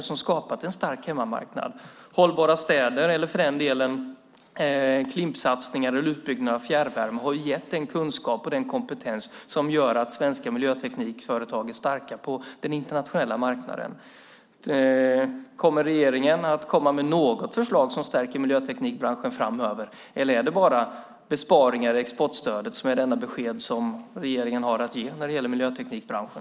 De har skapat en stark hemmamarknad. Hållbara städer eller för den delen Klimpsatsningar eller utbyggnad av fjärrvärme har gett den kunskap och kompetens som gör att svenska miljöteknikföretag är starka på den internationella marknaden. Kommer regeringen att komma med något förslag som stärker miljöteknikbranschen framöver, eller är besparingar i exportstödet det enda besked regeringen har att ge när det gäller miljöteknikbranschen?